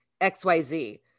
xyz